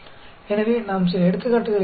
इसलिए हम कुछ उदाहरणों पर गौर करेंगे